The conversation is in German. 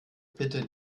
bitte